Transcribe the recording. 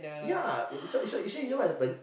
ya so so so you know what happen